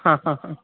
हँ हँ हँ हँ